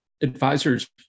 advisors